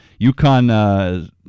UConn